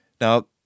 Now